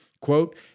Quote